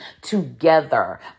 together